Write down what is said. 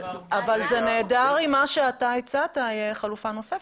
זה נהדר אם מה שאתה הצעת, זאת תהיה חלופה נוספת.